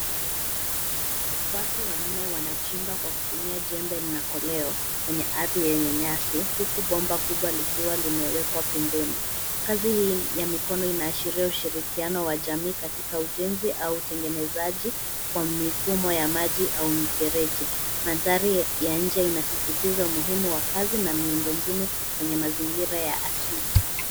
Watu wanne wanachimba kwa kutumia jembe na koleo kwenye ardhi yenye nyasi huku bomba kubwa likiwa limewekwa pembeni. Kazi hii ya mikono inaashiria ushirikiano wa jamii katika ujenzi au utengenezaji wa mifumo ya maji au mifereji. Mandhari ya nje inasisitiza umuhimu wa kazi na miundo mbinu kwenye mazingira ya asili.